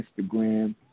Instagram